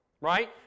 right